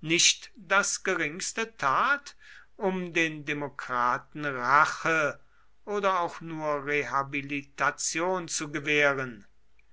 nicht das geringste tat um den demokraten rache oder auch nur rehabilitation zu gewähren